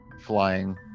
Flying